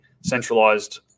centralized